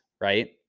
right